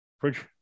Fridge